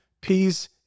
peace